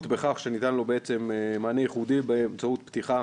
בכך שניתן לו מענה ייחודי באמצעות פתיחה